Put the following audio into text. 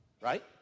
Right